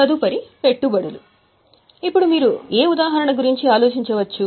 తదుపరి పెట్టుబడులు ఇప్పుడు మీరు ఏ ఉదాహరణ గురించి ఆలోచించవచ్చు